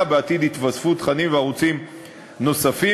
ובעתיד יתווספו תכנים וערוצים נוספים.